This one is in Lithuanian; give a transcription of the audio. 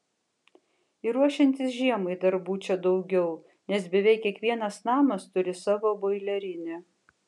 ir ruošiantis žiemai darbų čia daugiau nes beveik kiekvienas namas turi savo boilerinę